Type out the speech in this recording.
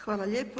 Hvala lijepo.